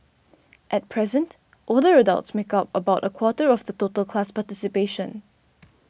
at present older adults make up about a quarter of the total class participation